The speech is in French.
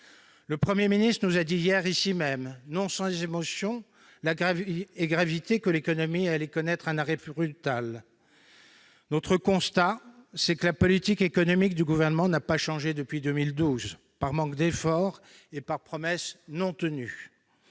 Le Premier ministre nous a dit hier, ici même, non sans émotion et gravité, que l'économie allait connaître un arrêt brutal. Notre constat, c'est que la politique économique du Gouvernement n'a pas changé depuis 2012 par manque d'efforts et en raison de promesses non tenues.